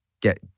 get